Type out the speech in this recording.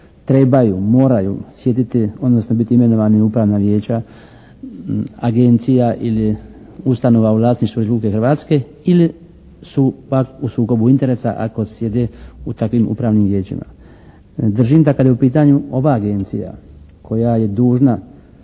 trebaju, moraju sjediti, odnosno biti imenovani u upravna vijeća agencija ili ustanova u vlasništvu Republike Hrvatske ili su pak u sukobu interesa ako sjede u takvim upravnim vijećima. Držim da kada je u pitanju ova Agencija koja je dužna